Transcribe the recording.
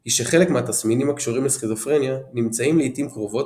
היא שחלק מהתסמינים הקשורים לסכיזופרניה נמצאים לעיתים קרובות